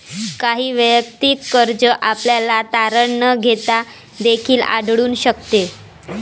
काही वैयक्तिक कर्ज आपल्याला तारण न घेता देखील आढळून शकते